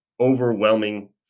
overwhelming